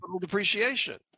depreciation